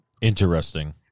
Interesting